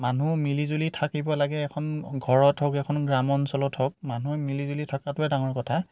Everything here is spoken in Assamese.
মানুহ মিলিজুলি থাকিব লাগে এখন ঘৰত হওক এখন গ্ৰাম্যঞ্চলত হওক মানুহ মিলিজুলি থাকাটোৱে ডাঙৰ কথা